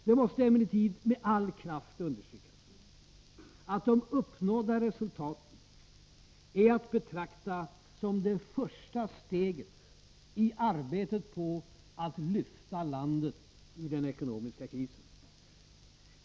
Det måste emellertid med all kraft understrykas att de uppnådda resultaten är att betrakta som det första steget i arbetet på att lyfta landet ur den ekonomiska krisen.